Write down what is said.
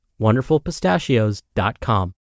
WonderfulPistachios.com